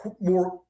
more